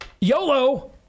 YOLO